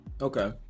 Okay